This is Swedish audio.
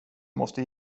måste